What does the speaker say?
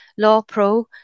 LawPro